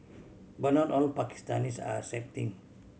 but not all Pakistanis are accepting